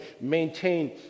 maintain